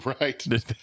Right